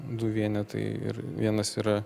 du vienetai ir vienas yra